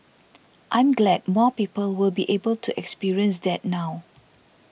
I'm glad more people will be able to experience that now